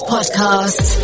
Podcast